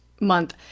month